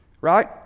Right